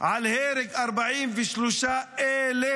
להרג 43,000